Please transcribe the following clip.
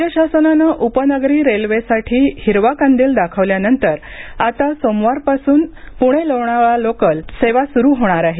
राज्य शासनानं उपनगरी रेल्वे सेवेसाठी हिरवा कंदील दाखवल्यानंतर येत्या सोमवारपासून पुणे लोणावळा लोकल सेवा सुरू होणार आहे